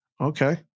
Okay